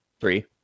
Three